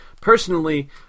personally